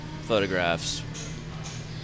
photographs